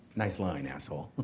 nice line, asshole.